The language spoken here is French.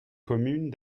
communes